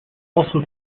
also